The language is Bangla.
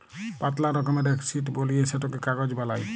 পাতলা রকমের এক শিট বলিয়ে সেটকে কাগজ বালাই